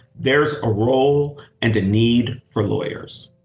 there's a role and a need for lawyers.